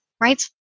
right